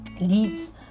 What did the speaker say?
leads